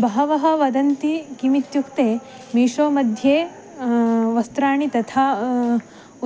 बहवः वदन्ति किमित्युक्ते मीशो मध्ये वस्त्राणि तथा